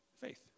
faith